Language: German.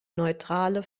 neutrale